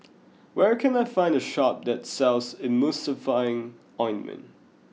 where can I find a shop that sells Emulsying Ointment